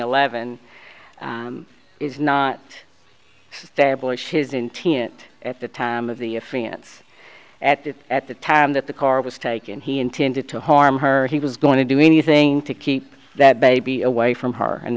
eleven is not stablish his intent at the time of the offense at that at the time that the car was taken he intended to harm her he was going to do anything to keep that baby away from her and